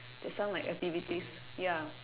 there's some like activities ya